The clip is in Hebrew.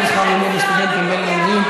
20) (שכר לימוד לסטודנטים בין-לאומיים),